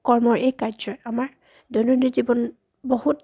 কৰ্ম এই কাৰ্যই আমাৰ দৈনন্দিন জীৱন বহুত